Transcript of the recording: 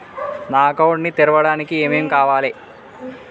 నా అకౌంట్ ని తెరవడానికి ఏం ఏం కావాలే?